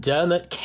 Dermot